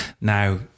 Now